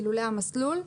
אילולא המסלול.